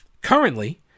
Currently